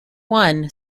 one